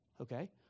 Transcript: okay